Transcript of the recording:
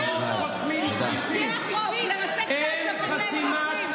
זה החוק, זה החוק, לרסק את העצמות של האזרחים.